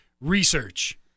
research